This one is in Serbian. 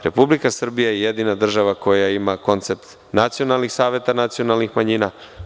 Republika Srbija je jedina država koja ima koncept nacionalnih saveta nacionalnih manjina.